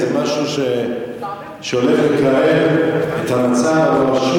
איזה משהו שהולך לקרר את המצב?